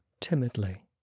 timidly